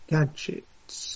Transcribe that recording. Gadgets